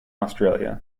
australia